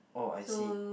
oh I see